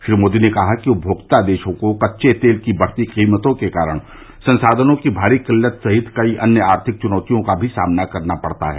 श्री मोदी ने कहा कि उपमोक्ता देशों को कच्चे तेल की बढ़ती कीमतों के कारण संसाधनों की भारी किल्लत सहित कई अन्य आर्थिक चुनौतियों का भी सामना करना पड़ता है